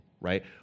right